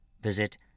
Visit